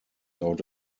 dauert